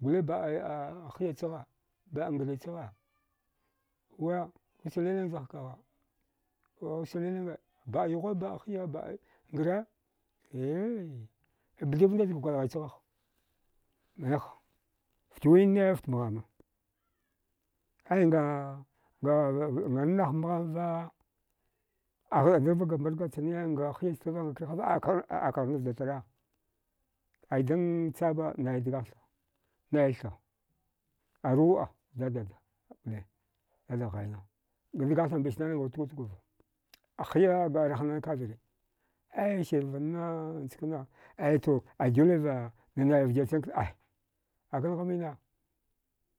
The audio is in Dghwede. goli baɗi hya chagha ba ngree chagha way usliling zghkagha uslilinga baɗ yghuwa baɗ hiya baɗ ngree yee bthubthachga gwalghai chagha ha mniwaha, ftwinne fta mghama aiga ngannah mghamva aghɗa dagva ga mbarga channe nga hiyastava nga kihava a akan akanda vdatara aidan chaba nai dgaghtha naitha a ruwa wuɗa dadagh ghaina dgaghtha mbis nana nga tugwatugwava a hiya rahnan kavire ai sirvanna njkana aito ai doliva danai vjirchankna ai akangha mina